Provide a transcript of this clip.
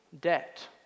debt